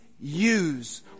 use